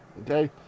Okay